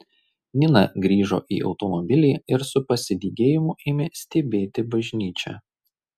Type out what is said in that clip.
nina grįžo į automobilį ir su pasidygėjimu ėmė stebėti bažnyčią